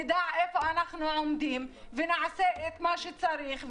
נדע איפה אנחנו עומדים ונעשה את מה שצריך.